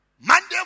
Monday